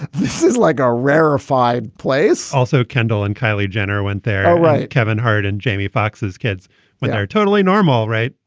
this is like a rarefied place also, kendall and kylie jenner went there, right? kevin hart and jamie foxes kids were and totally normal, right?